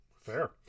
Fair